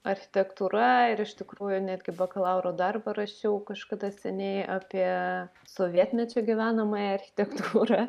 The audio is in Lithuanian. architektūra ir iš tikrųjų netgi bakalauro darbą rašiau kažkada seniai apie sovietmečio gyvenamąją architektūrą